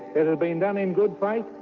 it has been done in good faith,